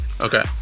okay